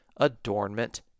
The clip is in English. adornment